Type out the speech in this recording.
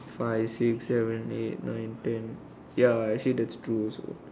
five six seven eight nine ten ya actually that's true also